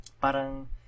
Parang